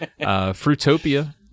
Fruitopia